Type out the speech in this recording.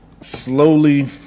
slowly